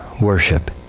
worship